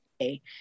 okay